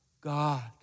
God